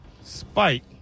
Spike